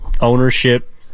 ownership